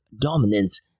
dominance